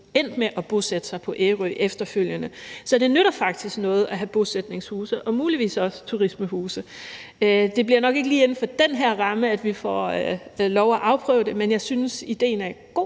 endt med at bosætte sig på Ærø efterfølgende. Så det nytter faktisk noget at have bosætningshuse og muligvis også turismehuse. Det bliver nok ikke lige inden for den her ramme, at vi får lov at afprøve det, men jeg synes, idéen er god,